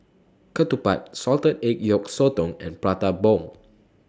Ketupat Salted Egg Yolk Sotong and Prata Bomb